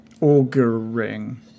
auguring